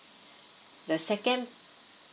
the second